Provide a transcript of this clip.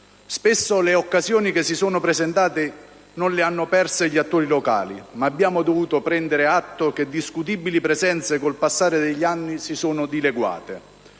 Spesso le occasioni che si sono presentate non le hanno perse gli attori locali, ma abbiamo dovuto prendere atto che discutibili presenze col passare degli anni si sono dileguate.